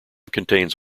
contains